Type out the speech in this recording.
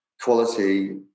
quality